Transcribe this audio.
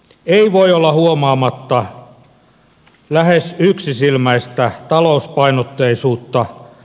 ei voi olla huomaamatta lähes yksisilmäistä talouspainotteisuutta